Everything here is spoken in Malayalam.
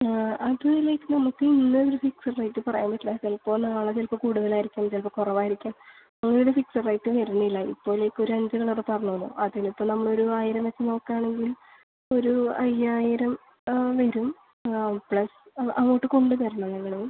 ആ അത് ലൈക്ക് നമ്മൾക്ക് ഇന്ന ഫിക്സഡ് റേറ്റ് പറയാൻ പറ്റില്ല ചിലപ്പോൾ നാളെ ചിലപ്പോൾ കൂടുതലായിരിക്കും ചിലപ്പോൾ കുറവായിരിക്കും അങ്ങനെ ഫിക്സഡ് റേയ്റ്റ് വരുന്നില്ല ഇപ്പോൾ ലൈക്ക് ഒരു അഞ്ച് കളറ് പറഞ്ഞോളൂ അതിന് ഇപ്പോൾ നമ്മൾ ഒരു ആയിരം വച്ച് നോക്കുകയാണെങ്കിൽ ഒരു അയ്യായിരം വരും ആ പ്ലസ് ആ അങ്ങോട്ട് കൊണ്ട് തരണോ ഞങ്ങൾ